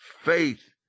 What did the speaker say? faith